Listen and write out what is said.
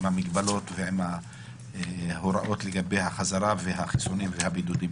עם המגבלות ועם ההוראות לגבי החזרה והחיסונים והבידודים.